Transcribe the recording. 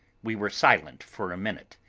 we were silent for a minute,